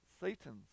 Satan's